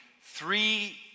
three